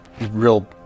real